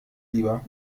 lieber